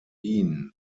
wien